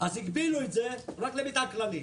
אז הגבילו את זה רק למטען כללי.